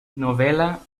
novel·la